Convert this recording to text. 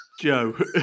Joe